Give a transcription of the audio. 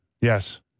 Yes